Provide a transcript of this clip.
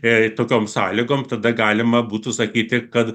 tokiom sąlygom tada galima būtų sakyti kad